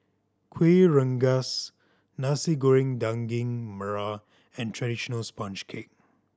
Kueh Rengas Nasi Goreng Daging Merah and traditional sponge cake